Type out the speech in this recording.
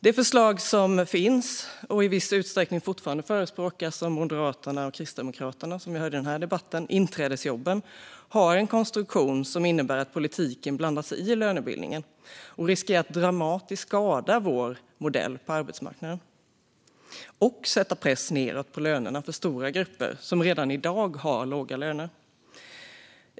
Det förslag som fanns och i viss utsträckning fortfarande förespråkas av Moderaterna och Kristdemokraterna, vilket vi har hört i den här debatten, nämligen inträdesjobben, har en konstruktion som innebär att politiken blandar sig i lönebildningen och riskerar att dramatiskt skada vår modell på arbetsmarknaden och sätta press nedåt på lönerna för stora grupper som redan i dag har låga löner.